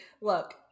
Look